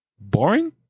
boring